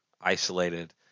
isolated